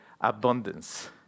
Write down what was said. abundance